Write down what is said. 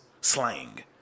Slang